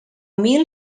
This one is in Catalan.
mil